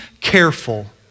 careful